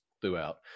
throughout